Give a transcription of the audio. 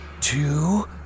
two